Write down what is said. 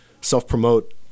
self-promote